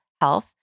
health